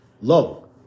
low